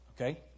Okay